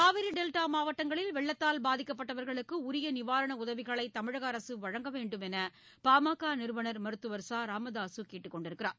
காவிரிடெல்டாமாவட்டங்களில் வெள்ளத்தால் பாதிக்கப்பட்டவர்களுக்குஉரியநிவாரணஉதவிகளைதமிழகஅரசுவழங்க வேண்டும் என்றுபாமகநிறுவனர் மருத்துவர் ச ராமதாசுகேட்டுக் கொண்டுள்ளார்